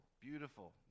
beautiful